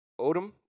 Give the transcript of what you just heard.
Odom